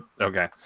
Okay